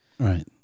Right